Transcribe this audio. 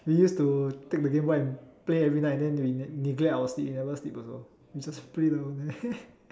we use to take the game boy and play every night and then neglect our sleep never sleep also we just play the whole day